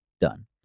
done